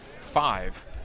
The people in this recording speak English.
five